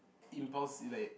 impossi~ like